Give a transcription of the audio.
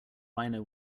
rhino